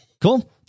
Cool